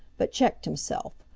but checked himself,